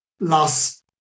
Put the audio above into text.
last